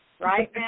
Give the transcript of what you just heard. Right